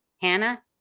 Hannah